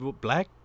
black